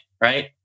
Right